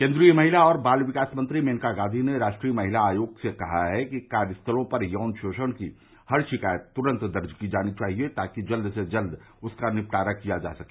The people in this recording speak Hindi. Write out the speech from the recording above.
केन्द्रीय महिला और बाल विकास मंत्री मेनका गांधी ने राष्ट्रीय महिला आयोग से कहा है कि कार्यस्थलों पर यौन शोषण की हर शिकायत तुरंत दर्ज की जानी चाहिए ताकि जल्द से जल्द उसका निपटारा किया जा सके